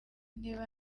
niba